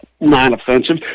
non-offensive